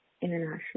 international